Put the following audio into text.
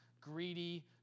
greedy